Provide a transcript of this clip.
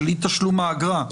של אי תשלום האגרה.